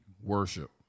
worship